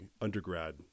undergrad